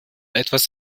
etwas